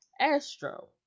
Astro